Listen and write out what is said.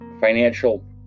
financial